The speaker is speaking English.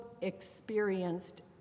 experienced